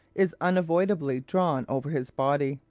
is unavoidably drawn over his body.